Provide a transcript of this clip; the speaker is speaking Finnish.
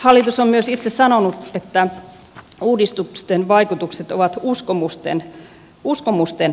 hallitus on myös itse sanonut että uudistusten vaikutukset ovat uskomusten varassa